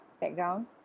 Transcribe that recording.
background